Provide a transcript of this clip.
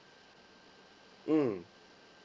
mm